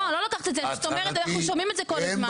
לא, לוקחת את זה, אנחנו שומעים את זה כל הזמן.